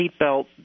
seatbelt